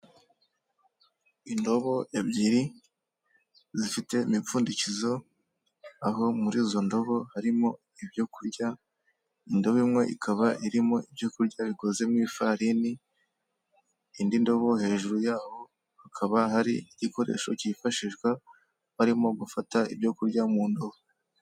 Indobo ebyiri zifite imipfundikizo, aho muri izo ndobo harimo ibyo kurya, indobo imwe ikaba irimo ibyo kurya bikoze mu ifarini, indi ndobo hejuru yaho hakaba hari igikoresho cyifashishwa barimo gufata ibyo kurya mu ndobo.